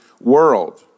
world